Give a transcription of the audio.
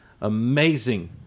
amazing